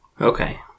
Okay